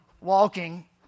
walking